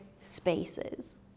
spaces